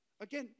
Again